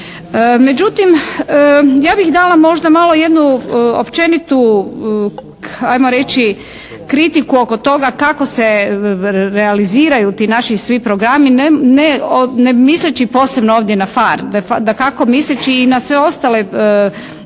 Međutim, ja bih dala možda malo jednu općenitu ajmo reći kritiku oko toga kako se realiziraju ti naši svi programi ne misleći posebno ovdje na PHARE, dakako misleći i na sve ostale